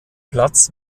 platz